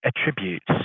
attributes